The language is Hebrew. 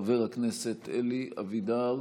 חבר הכנסת אלי אבידר,